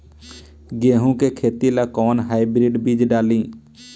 गेहूं के खेती ला कोवन हाइब्रिड बीज डाली?